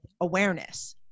awareness